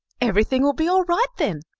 everything will be all right then,